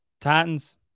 Titans